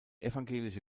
evangelische